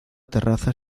terraza